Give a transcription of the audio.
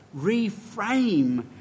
reframe